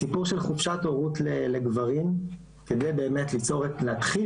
הסיפור של חופשת הורות לגברים כדי באמת להתחיל